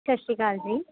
ਸਤਿ ਸ਼੍ਰੀ ਅਕਾਲ ਜੀ